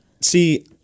See